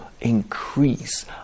increase